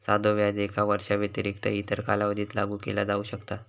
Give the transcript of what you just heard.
साधो व्याज एका वर्षाव्यतिरिक्त इतर कालावधीत लागू केला जाऊ शकता